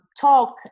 talk